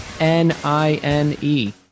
N-I-N-E